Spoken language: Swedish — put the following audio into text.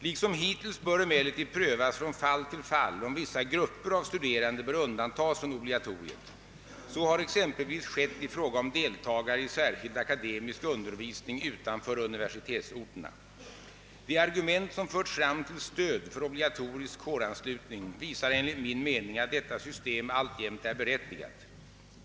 Liksom hittills bör emellertid prövas från fall till fall, om vissa grupper av studerande bör undantas från obligatoriet. Så har exempelvis skett i fråga om deltagare i särskild akademisk undervisning utanför universitetsorterna. De argument som förts fram till stöd för obligatorisk kåranslutning visar enligt min mening, att detta system alltjämt är berättigat.